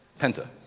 Penta